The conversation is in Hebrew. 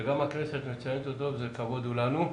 שגם הכנסת מציינת אותו ולכבוד הוא לנו.